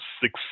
Six